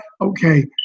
okay